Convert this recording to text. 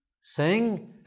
sing